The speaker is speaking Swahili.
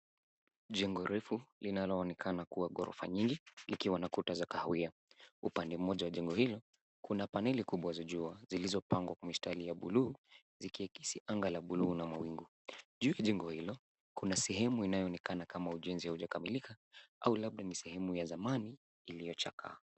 Jengo refu linaloonekana kuwa ghorofa nyingi likiwa na kuta za kahawia. Upande moja wa jengo hilo kuna paneli kubwa za jua zilizopangwa kwa mistari ya buluu zikiakisi anga la buluu na mawingu. Juu ya jengo hilo kuna sehemu inayoonekana kama ujenzi hujakamilika au labda ni sehemu ya zamani iliyochakaa.